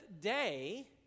day